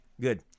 good